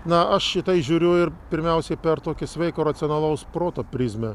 na aš į tai žiūriu ir pirmiausiai per tokį sveiko racionalaus proto prizmę